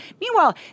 Meanwhile